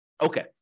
Okay